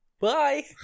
Bye